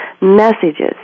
messages